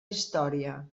història